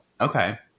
Okay